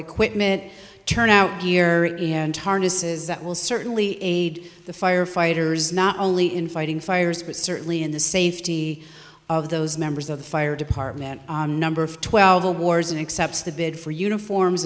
equipment turn out year in and harnesses that will certainly aid the firefighters not only in fighting fires but certainly in the safety of those members of the fire department number of twelve a war zone except the bid for uniforms